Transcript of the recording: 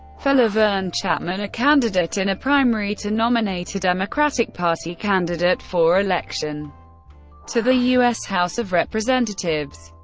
for lavern chatman, a candidate in a primary to nominate a democratic party candidate for election to the u s. house of representatives.